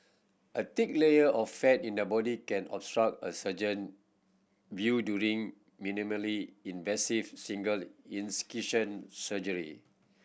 a thick layer of fat in the body can obstruct a surgeon view during minimally invasive single incision surgery